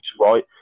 right